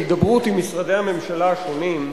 הידברות עם משרדי הממשלה השונים,